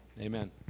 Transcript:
amen